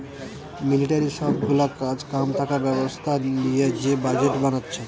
মিলিটারির সব গুলা কাজ কাম থাকা ব্যবস্থা লিয়ে যে বাজেট বানাচ্ছে